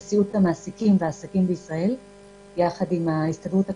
נשיאות המעסיקים ועסקים בישראל יחד עם ההסתדרות הכללית,